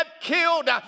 killed